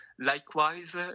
Likewise